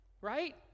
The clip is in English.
Right